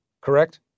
correct